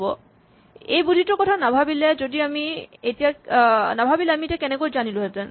বা এই বুদ্ধিটোৰ কথা নাভাৱিলে আমি এতিয়া কেনেকৈ জানিলোহেঁতেন